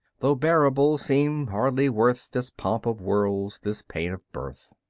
though bearable, seem hardly worth this pomp of worlds, this pain of birth.